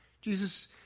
Jesus